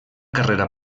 carrera